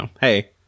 hey